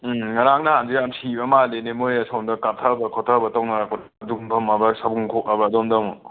ꯎꯝ ꯉꯔꯥꯡ ꯅꯍꯥꯟꯁꯦ ꯌꯥꯝ ꯁꯤꯕ ꯃꯥꯜꯂꯦꯅꯦ ꯃꯣꯏꯁꯦ ꯑꯁꯣꯝꯗ ꯀꯥꯞꯊꯕ ꯈꯣꯊꯕ ꯇꯧꯅꯔꯛꯄ ꯑꯗꯨꯝꯚꯝ ꯍꯥꯏꯕ꯭ꯔ ꯁꯋꯨꯝꯈꯣꯛ ꯍꯥꯏꯕ꯭ꯔ ꯑꯗꯣꯝꯗ ꯑꯃꯨꯛ